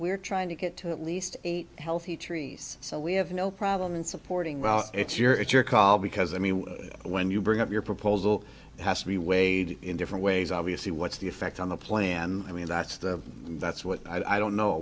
we're trying to get to at least eight healthy trees so we have no problem in supporting well it's your call because i mean when you bring up your proposal has to be weighed in different ways obviously what's the effect on the plan i mean that's the that's what i don't know